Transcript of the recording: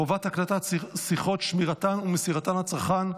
(חובת הקלטת שיחות, שמירתן ומסירתן לצרכן),